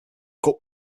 cup